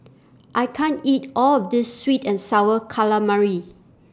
I can't eat All of This Sweet and Sour Calamari